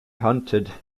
hunted